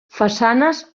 façanes